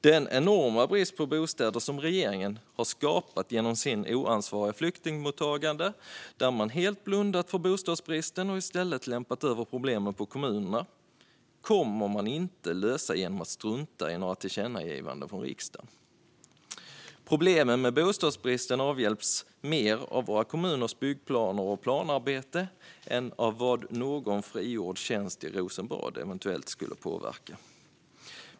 Den enorma brist på bostäder som regeringen har skapat genom sitt oansvariga flyktingmottagande, där man helt blundat för bostadsbristen och i stället lämpat över problemen på kommunerna, kommer man inte att lösa genom att strunta i tillkännagivanden från riksdagen. Problemen med bostadsbristen avhjälps mer av våra kommuners byggplaner och planarbete än av någon frigjord tjänst i Rosenbad.